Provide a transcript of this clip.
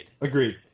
Agreed